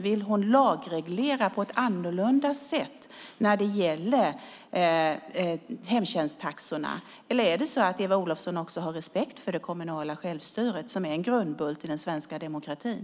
Vill hon lagreglera på ett annorlunda sätt när det gäller hemtjänsttaxorna, eller är det så att Eva Olofsson också har respekt för det kommunala självstyret, som är en grundbult i den svenska demokratin?